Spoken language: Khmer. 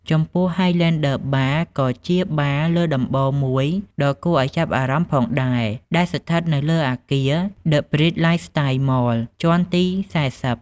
ចំពោះ ហាយឡែនឌឺ បារ (Highlander Bar) ក៏ជាបារលើដំបូលមួយដ៏គួរឱ្យចាប់អារម្មណ៍ផងដែរ ដែលស្ថិតនៅលើអគារ ដឹ ប៊្រីដ ឡាយស្តាយ៍ ម៉ល (The Bridge Lifestyle Mall) ជាន់ទី ៤០។